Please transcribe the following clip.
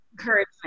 Encouragement